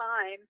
time